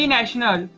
National